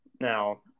Now